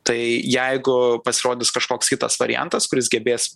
tai jeigu pasirodys kažkoks kitas variantas kuris gebės